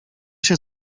się